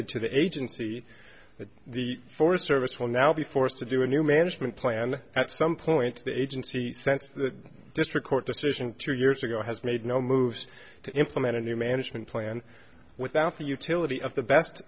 remanded to the agency that the forest service will now be forced to do a new management plan at some point the agency sent the district court decision two years ago has made no moves to implement a new management plan without the utility of the best